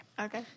Okay